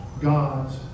God's